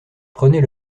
prenez